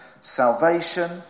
salvation